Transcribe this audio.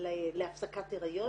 להפסקת היריון,